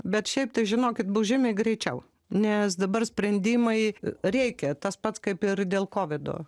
bet šiaip tai žinokit bus žymiai greičiau nes dabar sprendimai reikia tas pats kaip ir dėl kovido